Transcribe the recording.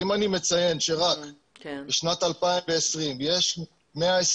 אם אני מציין שרק בשנת 2020 יש 120